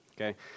okay